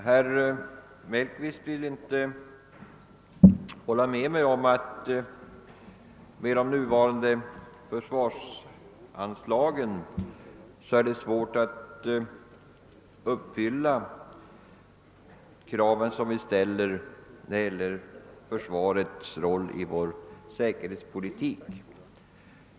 Herr talman! Herr Mellqvist vill inte hålla med mig om att det med de nuvarande försvarsanslagen är svårt att uppfylla de krav som vi ställer på försvaret i vår säkerhetspolitik.